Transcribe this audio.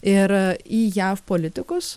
ir į jav politikus